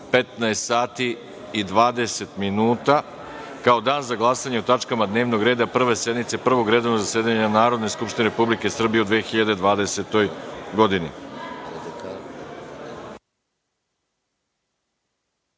i 20 minuta, kao Dan za glasanje o tačkama dnevnog reda Prve sednice Prvog redovnog zasedanja Narodne skupštine Republike Srbije u 2020.